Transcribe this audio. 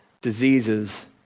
diseases